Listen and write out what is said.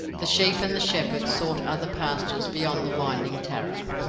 the sheep and the shepherd sought other pastures beyond the winding tarra.